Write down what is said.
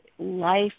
Life